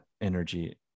energy